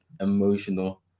emotional